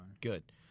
Good